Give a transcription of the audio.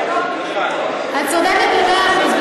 את צודקת במאה אחוז.